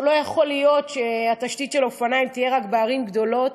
לא יכול להיות שהתשתית לאופניים תהיה רק בערים גדולות.